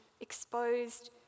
exposed